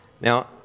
Now